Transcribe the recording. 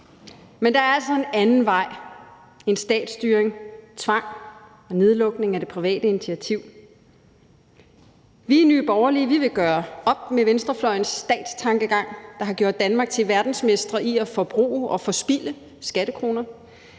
Men der er altså en anden vej end statsstyring, tvang og nedlukning af det private initiativ. Vi i Nye Borgerlige vil gøre op med venstrefløjens statstankegang, der har gjort Danmark til verdensmestre i at forbruge og spilde skattekroner.